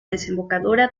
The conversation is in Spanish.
desembocadura